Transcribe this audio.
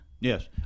Yes